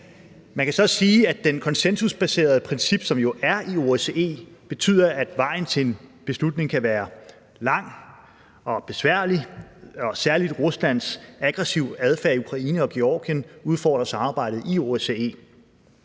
Man kan så sige, at det konsensusbaserede princip, som der jo er i OSCE, betyder, at vejen til en beslutning kan være lang og besværlig – og særlig Ruslands aggressive adfærd i Ukraine og Georgien udfordrer samarbejdet i OSCE.